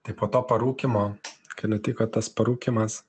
tai po to parūkymo kai nutiko tas parūkymas